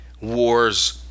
wars